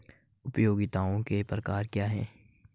उपयोगिताओं के प्रकार क्या हैं?